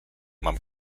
mam